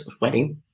wedding